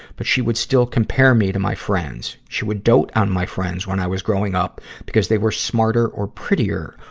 but she would still compare me to my friends. she would dote on my friends when i was growing up because they were smarter or prettier,